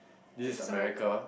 this is America